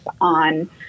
on